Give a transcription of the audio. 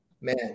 Man